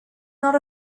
not